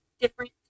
different